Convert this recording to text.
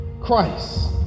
Christ